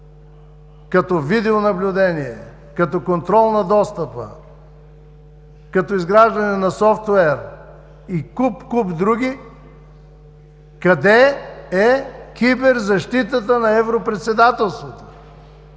като видеонаблюдение, като контрол на достъпа, като изграждане на софтуер и куп, куп други, къде е киберзащитата на Европредседателството?